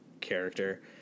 character